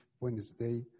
Wednesday